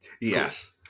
yes